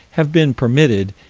have been permitted,